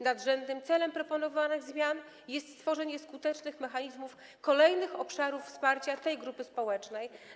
Nadrzędnym celem proponowanych zmian jest stworzenie skutecznych mechanizmów kolejnych obszarów wsparcia tej grupy społecznej.